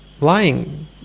lying